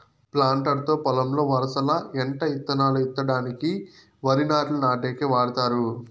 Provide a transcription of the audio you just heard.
planter తో పొలంలో వరసల ఎంట ఇత్తనాలు ఇత్తడానికి, వరి నాట్లు నాటేకి వాడతారు